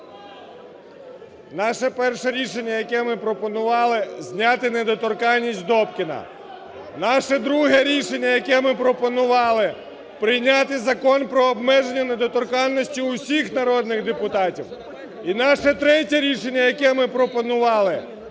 Наше перше рішення, яке ми пропонували, - зняти недоторканність з Добкіна. Наше друге рішення, яке ми пропонували, - прийняти Закон про обмеження недоторканності усіх народних депутатів. І наше третє рішення, яке ми пропонували,